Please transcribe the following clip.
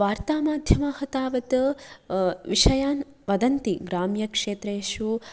वार्तामाध्यमाः तावत् विषयान् वदन्ति ग्राम्यक्षेत्रेषु